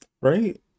Right